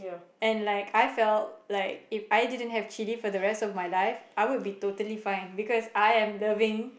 and like I felt like If I didn't have Kitty for the rest of my life I would be totally fine because I am loving